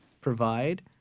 provide